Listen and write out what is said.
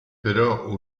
però